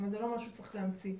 זה לא משהו שצריך להמציא.